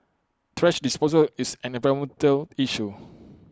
thrash disposal is an environmental issue